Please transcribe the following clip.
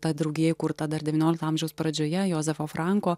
ta draugija įkurta dar devyniolikto amžiaus pradžioje jozefo franko